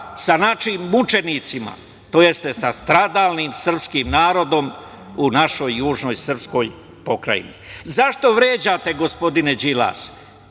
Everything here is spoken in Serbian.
sa našim mučenicima, tj. sa stradalnim srpskim narodom u našoj južnoj srpskoj pokrajini? Zašto vređate, gospodine Đilas,